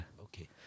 Okay